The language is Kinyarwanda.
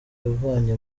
yavanye